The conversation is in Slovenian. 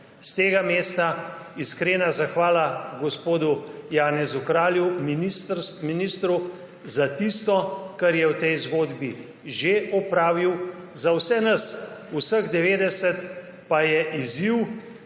S tega mesta iskrena zahvala gospodu Janezu Kralju, ministru, za tisto, kar je v tej zgodbi že opravil. Za vse nas, vseh 90, pa je izziv,